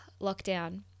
lockdown